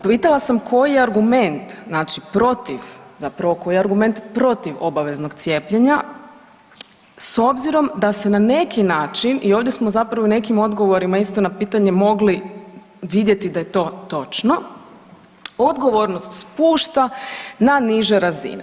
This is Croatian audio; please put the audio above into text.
Pitala sam koji je argument, znači protiv, zapravo koji je argument protiv obaveznog cijepljenja s obzirom da se na neki način i ovdje smo zapravo nekim odgovorima isto na pitanje mogli vidjeti da je to točno, odgovor se spušta na niže razine.